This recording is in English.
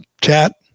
chat